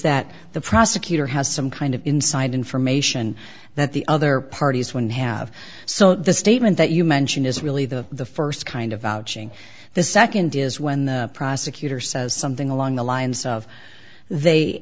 that the prosecutor has some kind of inside information that the other parties when have so the statement that you mention is really the the first kind of vouching the second is when the prosecutor says something along the lines of they